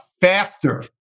faster